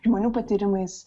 žmonių patyrimais